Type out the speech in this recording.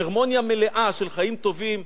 הרמוניה מלאה של חיים טובים,